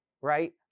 right